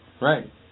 Right